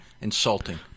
insulting